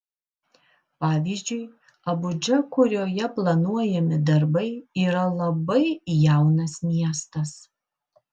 pavyzdžiui abudža kurioje planuojami darbai yra labai jaunas miestas